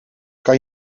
kan